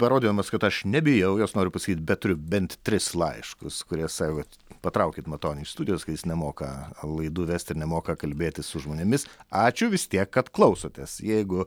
parodydamas kad aš nebijau jos noriu pasakyt bet turiu bent tris laiškus kurie sako kad patraukit matonį iš studijos kad jis nemoka laidų vest ir nemoka kalbėtis su žmonėmis ačiū vis tiek kad klausotės jeigu